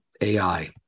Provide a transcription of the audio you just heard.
AI